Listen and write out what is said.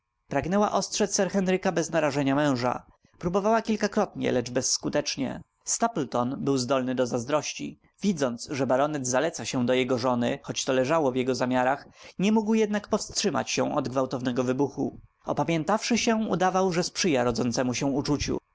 pragnęła ostrzedz sir henryka bez narażenia męża próbowała kilkakrotnie lecz bezskutecznie stapleton był zdolny do zazdrości widząc że baronet zaleca się do jego żony choć to leżało w jego zamiarach nie mógł jednak powstrzymać się od gwałtownego wybuchu opamiętawszy się udawał że sprzyja rodzącemu się uczuciu